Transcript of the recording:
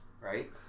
right